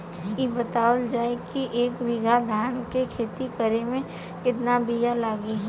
इ बतावल जाए के एक बिघा धान के खेती करेमे कितना बिया लागि?